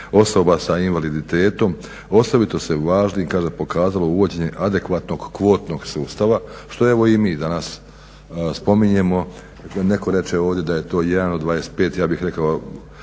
osoba sa invaliditetom osobito se važnim pokazalo uvođenje adekvatnog kvotnog sustava što evo i mi danas spominjemo. Neko reće ovdje da je to 1 od 25, ja bih rekao